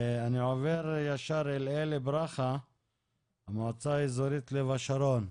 אני עובר ישר אל אלי ברכה מהמועצה האזורית לב השרון.